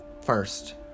first